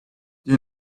you